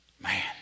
Man